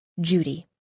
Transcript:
Judy